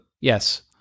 Yes